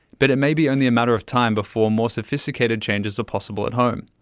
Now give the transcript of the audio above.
but it may be only a matter of time before more sophisticated changes are possible at home.